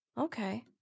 Okay